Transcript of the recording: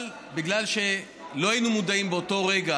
אבל בגלל שלא היינו מודעים באותו רגע